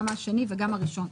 גם השני וגם הראשון ישלמו.